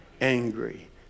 angry